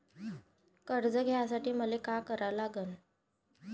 कर्ज घ्यासाठी मले का करा लागन?